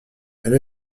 elle